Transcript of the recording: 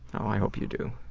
um i hope you do.